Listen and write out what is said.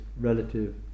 relative